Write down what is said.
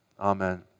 Amen